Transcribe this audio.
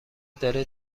داره